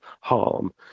harm